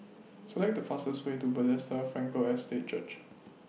Select The fastest Way to Bethesda Frankel Estate Church